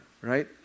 right